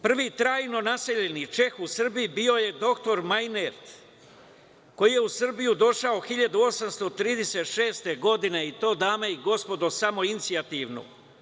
Prvi trajno naseljeni Čeh u Srbiji bio je dr Majnert koji je u Srbiju došao 1836. godine i to dame i gospodo, samoinicijativno.